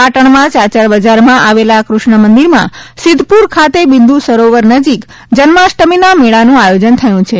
પાટણમાં ચાચર બજારમાં આવેલા કૃષ્ણ મંદિરમાં સિધ્ધપુર ખાતે બિન્દુ સરોવર નજીક જન્માષ્ટીનો મેળોનું આયોજન થયું છે